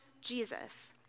Jesus